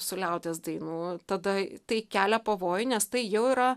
su liaudies dainų tada tai kelia pavojų nes tai jau yra